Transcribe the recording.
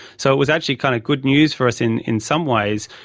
so it was actually kind of good news for us in in some ways,